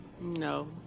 No